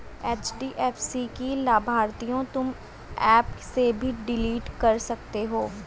HDFC की लाभार्थियों तुम एप से भी डिलीट कर सकते हो